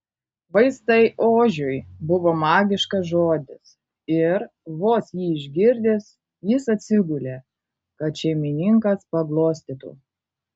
vaistai ožiui buvo magiškas žodis ir vos jį išgirdęs jis atsigulė kad šeimininkas paglostytų